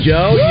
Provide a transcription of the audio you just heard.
Joe